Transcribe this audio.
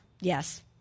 Yes